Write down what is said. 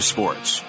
Sports